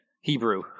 Hebrew